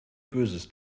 böses